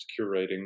curating